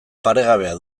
paregabea